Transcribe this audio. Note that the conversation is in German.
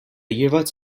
jeweils